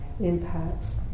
impacts